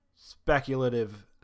speculative